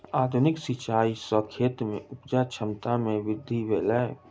आधुनिक सिचाई सॅ खेत में उपजा क्षमता में वृद्धि भेलै